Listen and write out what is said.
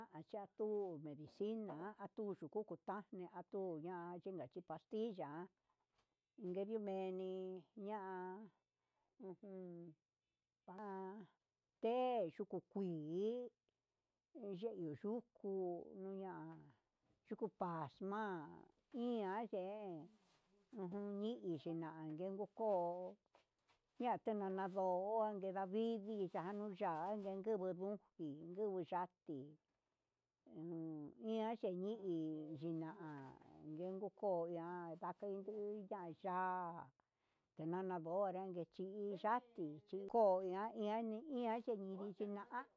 Naya'a tuu medicina atuu nakutu taxña'a atuu xhina pastilla ungue meni ña'a ujun té yuku kuii ye iho yuku ña'a yuku paxma'a ian ye nii kuna'a yuku ko'o, ña'a tinana ndó kuanke navidi yanduu ya'á angue ngugun kii ndu chati uun iha yeni hí, yina yenguu ko'o ña'a, ndakeinndu inka ya'á tinana ndó anrengue chini yaki chi chiko iha nii ian yivi yina'a.